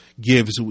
gives